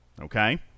Okay